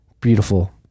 Beautiful